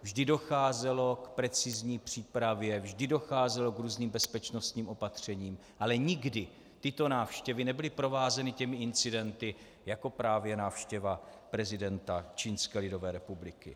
Vždy docházelo k precizní přípravě, vždy docházelo k různým bezpečnostním opatřením, ale nikdy tyto návštěvy nebyly provázeny těmi incidenty jako právě návštěva prezidenta Čínské lidové republiky.